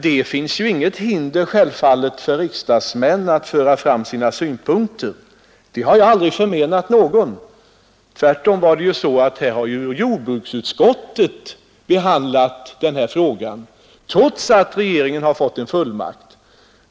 Det finns dock inte något hinder för riksdagsmän att framföra sina synpunkter. Det har jag aldrig förmenat någon. Tvärtom har ju jordbruksutskottet behandlat denna fråga, trots att regeringen fått en fullmakt.